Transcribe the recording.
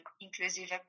inclusive